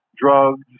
drugs